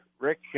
Rick